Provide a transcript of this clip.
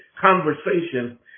conversation